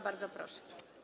Bardzo proszę.